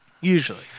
Usually